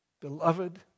Beloved